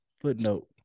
Footnote